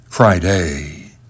Friday